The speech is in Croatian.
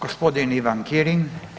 G. Ivan Kirin.